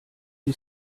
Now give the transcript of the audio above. you